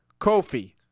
Kofi